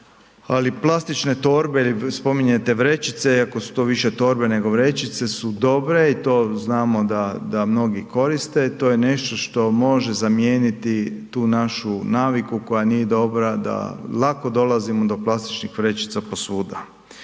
ali plastične torbe, spominjete vrećice iako su to više torbe nego vrećice su dobre i to znamo da mnogi koriste, to je nešto što može zamijeniti tu našu naviku koja nije dobra da lako dolazimo do plastičnih vrećica posvuda.